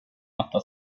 matta